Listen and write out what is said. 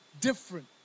different